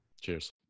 Cheers